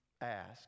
ask